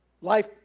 Life